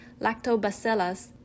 lactobacillus